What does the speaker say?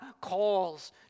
calls